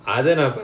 mm